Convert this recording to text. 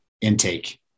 intake